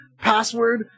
Password